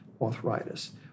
arthritis